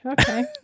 Okay